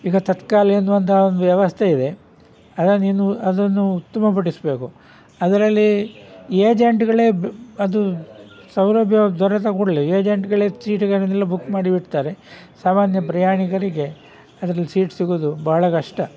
ಈಗ ತತ್ಕಾಲ್ ಎನ್ನುವಂತಹ ಒಂದು ವ್ಯವಸ್ಥೆ ಇದೆ ಅದನ್ನು ಇನ್ನೂ ಅದನ್ನು ಉತ್ತಮ ಪಡಿಸಬೇಕು ಅದರಲ್ಲಿ ಏಜೆಂಟ್ಗಳೇ ಬ್ ಅದು ಸೌಲಭ್ಯ ದೊರೆತ ಕೂಡಲೆ ಏಜೆಂಟ್ಗಳೇ ಸೀಟುಗಳನ್ನೆಲ್ಲ ಬುಕ್ ಮಾಡಿ ಬಿಡ್ತಾರೆ ಸಾಮಾನ್ಯ ಪ್ರಯಾಣಿಕರಿಗೆ ಅದರಲ್ಲಿ ಸೀಟ್ ಸಿಗುವುದು ಬಹಳ ಕಷ್ಟ